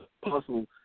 possible